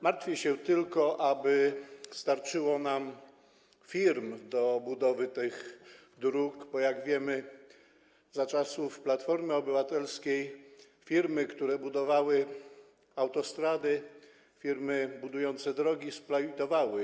Martwię się tylko, czy wystarczy nam firm do budowy tych dróg, bo, jak wiemy, za czasów Platformy Obywatelskiej firmy, które budowały autostrady, firmy budujące drogi splajtowały.